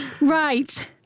Right